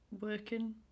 working